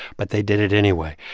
but they did it anyway.